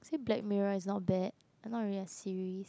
black mirror is not bad not really a series